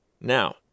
now